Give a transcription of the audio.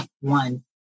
one